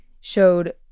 showed